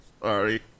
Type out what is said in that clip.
sorry